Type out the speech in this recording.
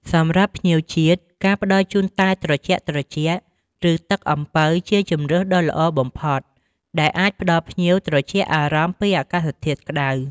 សម្រាប់ភ្ញៀវជាតិ ការផ្តល់ជូនតែត្រជាក់ៗ ឬទឹកអំពៅជាជម្រើសដ៏ល្អបំផុត ដែលអាចផ្តល់ភ្ញៀវត្រជាក់អារម្មណ៍ពីអាកាសធាតុក្ដៅ។